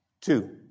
Two